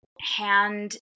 hand